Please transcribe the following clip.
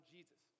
Jesus